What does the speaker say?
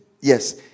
Yes